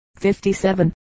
57